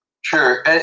Sure